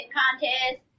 contest